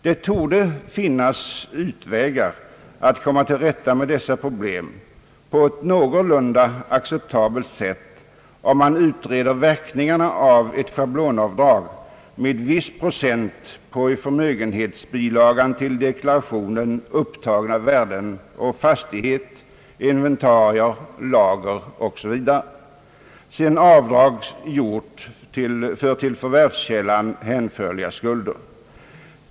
Det torde finnas utvägar att komma till rätta med dessa problem på ett någorlunda acceptabelt sätt, om man utreder verkningarna av ett schablonavdrag med viss procent på i förmögenhetsbilagan = till deklarationen upptagna värden å fastighet, inventarier, lager osv. sedan avdrag gjorts för till förvärvskällan hänförliga skulder.